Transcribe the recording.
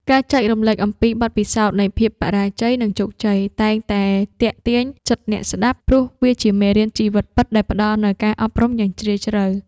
ការចែករំលែកអំពី បទពិសោធន៍នៃភាពបរាជ័យ និងជោគជ័យ តែងតែទាក់ទាញចិត្តអ្នកស្ដាប់ ព្រោះវាជាមេរៀនជីវិតពិតដែលផ្ដល់នូវការអប់រំយ៉ាងជ្រាលជ្រៅ។